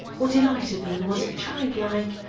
what delighted me was the childlike,